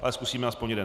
Ale zkusíme aspoň jeden.